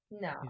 no